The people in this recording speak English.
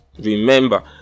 Remember